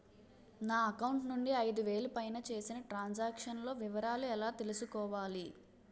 నా అకౌంట్ నుండి ఐదు వేలు పైన చేసిన త్రం సాంక్షన్ లో వివరాలు ఎలా తెలుసుకోవాలి?